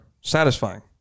satisfying